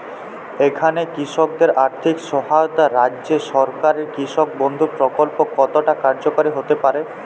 এখানে কৃষকদের আর্থিক সহায়তায় রাজ্য সরকারের কৃষক বন্ধু প্রক্ল্প কতটা কার্যকরী হতে পারে?